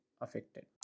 affected